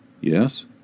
yes